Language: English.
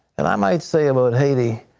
and i might say about haiti,